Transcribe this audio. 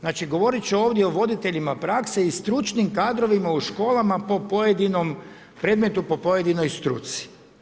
Znači, govorit ću ovdje o voditeljima prakse i stručnim kadrovima u školama po pojedinom predmetu, po pojedinoj struci.